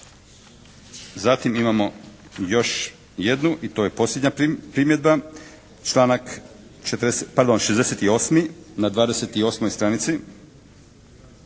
Zatim imamo još jednu i to je posljednja primjedba članak 68. na 28. stranici.